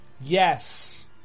Yes